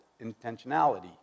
intentionality